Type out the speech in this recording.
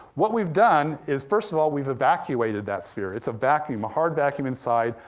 what we've done is, first of all, we've evacuated that sphere. it's a vacuum, a hard vacuum inside,